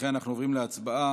לכן אנחנו עוברים להצבעה